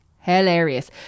hilarious